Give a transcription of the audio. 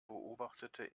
beobachtete